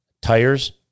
tires